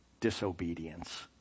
disobedience